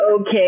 okay